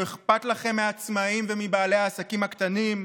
לא אכפת מעצמאים ומבעלי העסקים הקטנים.